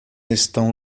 estão